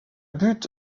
but